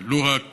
ולו רק